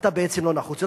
אתה בעצם לא נחוץ.